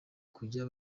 kujya